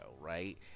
right